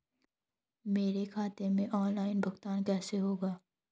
मेरे खाते में ऑनलाइन भुगतान कैसे होगा?